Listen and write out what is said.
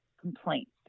complaints